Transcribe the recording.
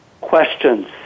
questions